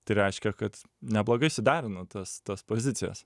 tai reiškia kad neblogai suderinu tas tas pozicijas